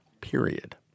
period